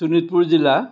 শোণিতপুৰ জিলা